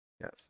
yes